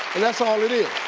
that's all it is.